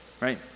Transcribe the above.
right